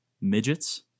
midgets